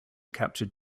captured